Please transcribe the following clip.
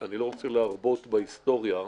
אני לא רוצה להרבות בתיאור ההיסטוריה.